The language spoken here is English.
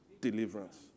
Deliverance